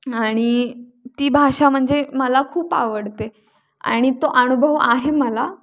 आणि ती भाषा म्हणजे मला खूप आवडते आणि तो अनुभव आहे मला